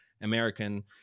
American